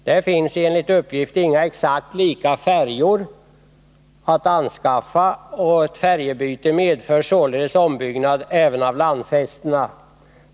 Det finns enligt uppgift inga exakt lika färjor att anskaffa. Färjebyte medför således ombyggnad även av landfästena.